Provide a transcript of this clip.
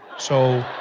so,